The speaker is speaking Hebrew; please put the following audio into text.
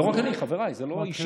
לא רק אני, חבריי, זה לא אישי.